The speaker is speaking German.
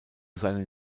seinen